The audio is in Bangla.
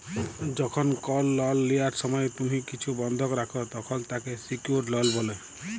যখল কল লল লিয়ার সময় তুম্হি কিছু বল্ধক রাখ, তখল তাকে সিকিউরড লল ব্যলে